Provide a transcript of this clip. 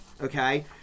okay